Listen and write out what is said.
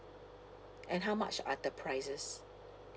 and how much are the price